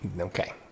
Okay